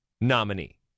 nominee